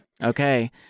Okay